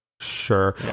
sure